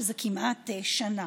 שזה כמעט שנה.